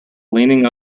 leaning